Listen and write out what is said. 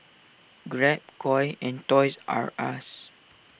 Grab Koi and Toys R Us